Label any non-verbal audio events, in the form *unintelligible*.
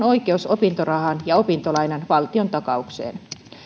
*unintelligible* oikeus opintorahaan ja opintolainan valtiontakaukseen